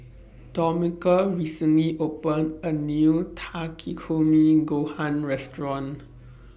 Domenica recently opened A New Takikomi Gohan Restaurant